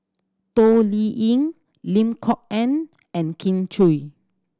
Toh Liying Lim Kok Ann and Kin Chui